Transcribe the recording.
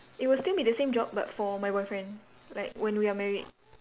it will still be the same job but for my boyfriend like when we are married